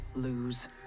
lose